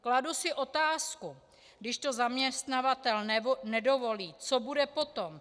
Kladu si otázku, když to zaměstnavatel nedovolí, co bude potom.